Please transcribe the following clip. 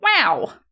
Wow